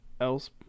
else